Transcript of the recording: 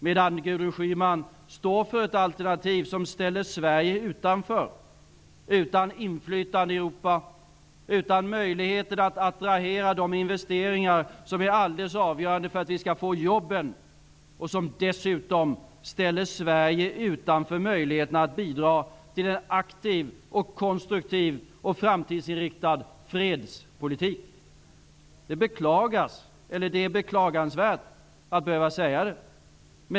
Gudrun Schyman står för ett alternativ som ställer Sverige utanför, utan inflytande i Europa, utan möjligheter att attrahera de investeringar som är alldeles avgörande för att vi skall få jobben, och som dessutom ställer Sverige utanför möjligheterna att bidra till en aktiv, konstruktiv och framtidsinriktad fredspolitik. Det är beklagansvärt att behöva säga det.